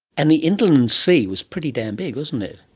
and the inland sea was pretty damn big, wasn't it.